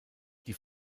die